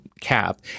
Cap